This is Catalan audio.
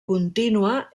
contínua